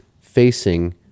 facing